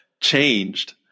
changed